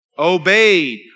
Obeyed